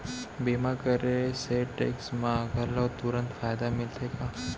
बीमा करे से टेक्स मा घलव तुरंत फायदा मिलथे का?